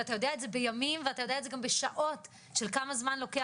ואתה יודע את זה בימים ואתה יודע את זה גם בשעות של כמה זמן לוקח.